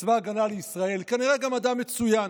בצבא ההגנה לישראל, כנראה גם אדם מצוין.